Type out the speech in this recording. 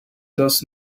does